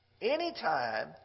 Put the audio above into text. Anytime